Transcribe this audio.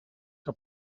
que